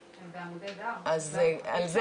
אנשים, אנחנו יודעים,